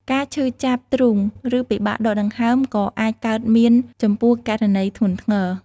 ការឈឺចាប់ទ្រូង ឬពិបាកដកដង្ហើមក៏អាចកើតមានចំពោះករណីធ្ងន់ធ្ងរ។